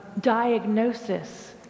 diagnosis